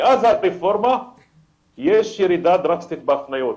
מאז הרפורמה יש ירידה דרסטית בהפניות.